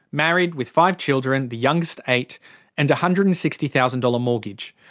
married, with five children the youngest eight and hundred and sixty thousand dollars mortgage.